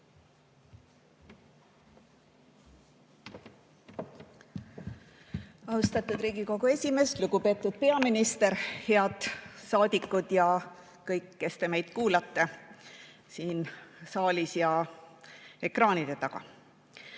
Austatud Riigikogu esimees! Lugupeetud peaminister! Head saadikud ja kõik, kes te meid kuulate siin saalis ja ekraanide taga!